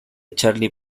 charlie